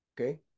Okay